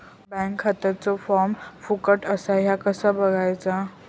Bank खात्याचो form फुकट असा ह्या कसा बगायचा?